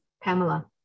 Pamela